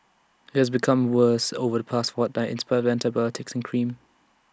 IT has become worse over the past fortnight in spite of antibiotics and cream